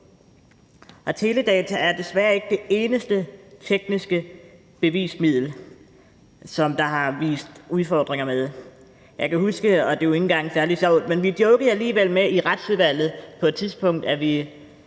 teledata er desværre ikke det eneste tekniske bevismiddel, som der har vist sig at være udfordringer med. Jeg kan huske – og det er ikke engang særlig sjovt – da der opstod et par sager, at vi på et tidspunkt i